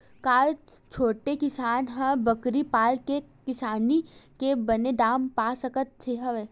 का छोटे किसान ह बकरी पाल के किसानी के बने दाम पा सकत हवय?